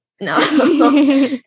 No